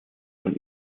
von